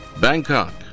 Bangkok